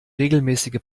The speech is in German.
regelmäßige